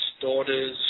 daughters